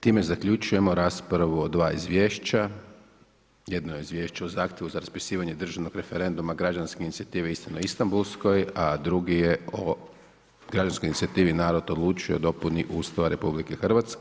Time zaključujemo raspravu o dva izvješća, jedno je Izvješće o zahtjevu za raspisivanje državnog referenduma građanske inicijative „Istina o Istanbulskoj“ a drugi je je o građanskoj inicijativi „Narod odlučuje“ o dopuni Ustava RH.